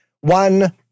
one